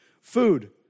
Food